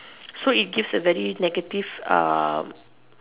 so it gives a very negative